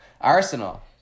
Arsenal